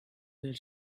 their